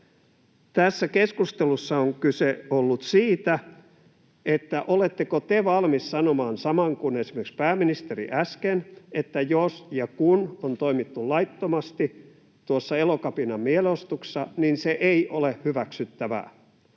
Tässä keskustelussa on ollut kyse siitä, oletteko te valmis sanomaan saman kuin esimerkiksi pääministeri äsken, sen, että jos ja kun on toimittu laittomasti tuossa Elokapina-mielenosoituksessa, niin se ei ole hyväksyttävää,